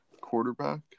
quarterback